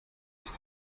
ist